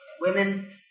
women